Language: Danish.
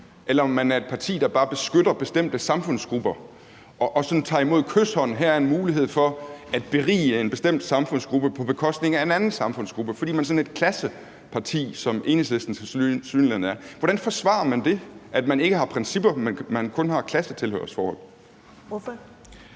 eller om man er et parti, der bare beskytter bestemte samfundsgrupper og tager imod med kyshånd, at der her er en mulighed for at berige en bestemt samfundsgruppe på bekostning af en anden samfundsgruppe, fordi man er sådan et klasseparti, som Enhedslisten tilsyneladende er. Hvordan forsvarer man, at man ikke har principper, men at man kun har et klassetilhørsforhold? Kl.